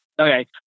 Okay